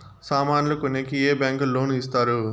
సామాన్లు కొనేకి ఏ బ్యాంకులు లోను ఇస్తారు?